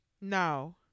No